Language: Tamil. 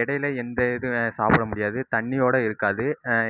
இடைல எந்த இதுவும் சாப்பிட முடியாது தண்ணியோட இருக்காது